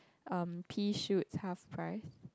um pea shoots half price